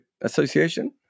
Association